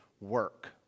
work